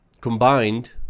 combined